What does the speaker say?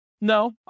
No